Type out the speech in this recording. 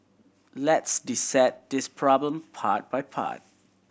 let's dissect this problem part by part